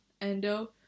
endo